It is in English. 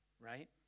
right